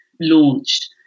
launched